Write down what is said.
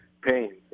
pain